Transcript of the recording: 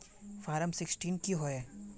Form sixteen की होय?